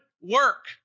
work